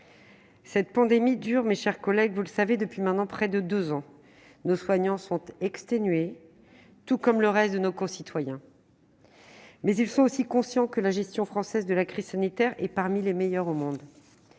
Cette pandémie dure depuis maintenant près de deux ans. Nos soignants sont exténués, tout comme le reste de nos concitoyens, mais ils sont aussi conscients que la gestion française de la crise sanitaire est parmi les meilleures au monde.